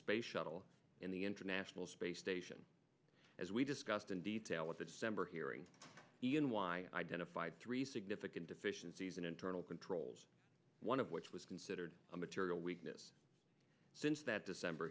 space shuttle and the international space station as we discussed in detail at the december hearing ian why identified three significant deficiencies in internal controls one of which was considered a material weakness since that december